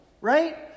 right